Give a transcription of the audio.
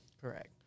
Correct